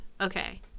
Okay